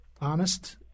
honest